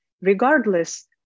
regardless